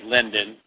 Linden